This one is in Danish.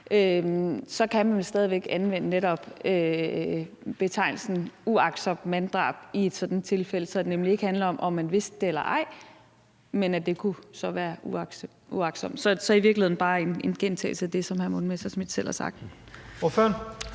– kan man vel stadig væk anvende netop betegnelsen uagtsomt manddrab i et sådant tilfælde, så det nemlig ikke handler om, om man vidste det eller ej, men at det så kunne være uagtsomt. Så det er i virkeligheden bare en gentagelse af det, som hr. Morten Messerschmidt selv har sagt.